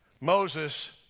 Moses